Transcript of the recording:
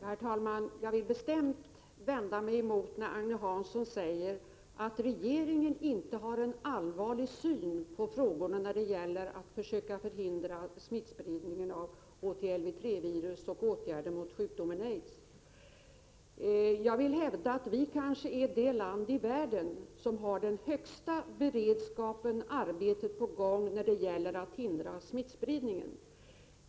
Herr talman! Jag vill bestämt vända mig emot Agne Hanssons uttalande att regeringen inte ser allvarligt på frågorna när det gäller att försöka förhindra spridningen av HTLV-III-virus och att vidta åtgärder mot sjukdomen aids. Jag hävdar att Sverige är det land i världen som har den kanske högsta beredskapen och mest arbete på gång för att hindra smittspridningen.